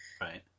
Right